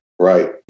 Right